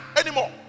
anymore